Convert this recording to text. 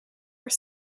are